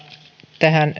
tähän